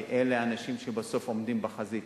כי אלה האנשים שבסוף עומדים בחזית.